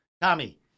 Tommy